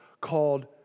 called